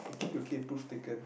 okay okay prove taken